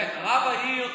תודה רבה.